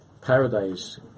paradise